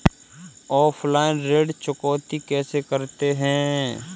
Offline ऋण चुकौती कैसे करते हैं?